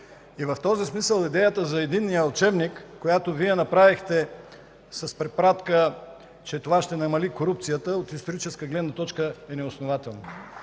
Затова идеята за единния учебник, която Вие направихте с препратка, че това ще намали корупцията, от историческа гледна точка е неоснователна.